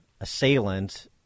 assailant